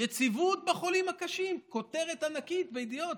יציבות בחולים הקשים, כותרת ענקית בידיעות.